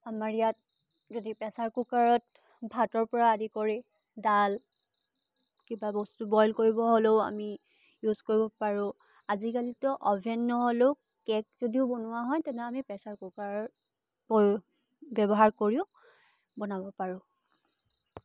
আমাৰ ইয়াত যদি প্ৰেছাৰ কুকাৰত ভাতৰ পৰা আদি কৰি দাল কিবা বস্তু বইল কৰিব হ'লও আমি ইউজ কৰিব পাৰোঁ আজিকালিতো অভেন নহ'লেও কেক যদিও বনোৱা হয় তেনে আমি প্ৰেছাৰ কুকাৰত পয়ো ব্যৱহাৰ কৰিও বনাব পাৰোঁ